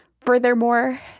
Furthermore